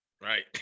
right